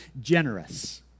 generous